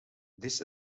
this